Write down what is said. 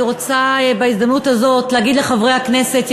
אני רוצה בהזדמנות הזאת להגיד לחברי הכנסת,